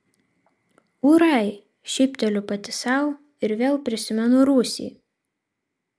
ūrai šypteliu pati sau ir vėl prisimenu rūsį